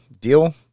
Deal